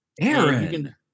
Aaron